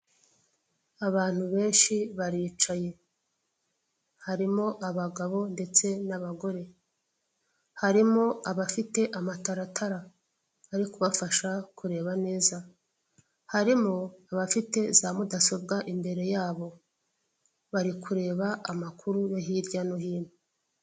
Abantu benshi baricaye. Harimo abagabo ndetse n'abagore. Harimo abafite amataratara, ari kubafasha kureba neza. Harimo abafite za mudasobwa imbere yabo. Bari kureba amakuru yo hirya no hino.